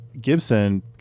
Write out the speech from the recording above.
Gibson